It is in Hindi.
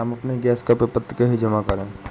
हम अपने गैस का विपत्र कैसे जमा करें?